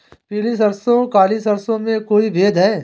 पीली सरसों और काली सरसों में कोई भेद है?